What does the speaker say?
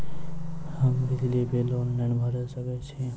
हम बिजली bill online भैर सकै छी?